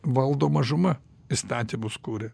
valdo mažuma įstatymus kuria